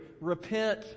Repent